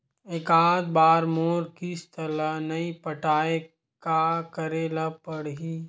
एकात बार मोर किस्त ला नई पटाय का करे ला पड़ही?